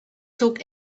zog